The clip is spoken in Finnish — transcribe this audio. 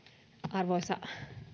arvoisa